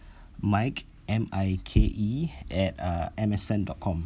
mike M I K E at uh M_S_N dot com